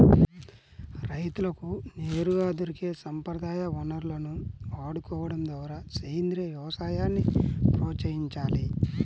రైతులకు నేరుగా దొరికే సంప్రదాయ వనరులను వాడుకోడం ద్వారా సేంద్రీయ వ్యవసాయాన్ని ప్రోత్సహించాలి